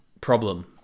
problem